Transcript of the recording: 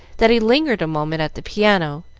that he lingered a moment at the piano,